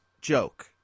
Joke